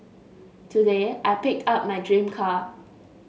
today I picked up my dream car